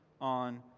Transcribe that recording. on